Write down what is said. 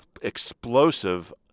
explosive